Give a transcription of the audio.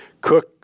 Cook